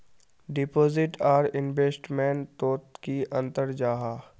Deposit आर investment तोत की अंतर जाहा?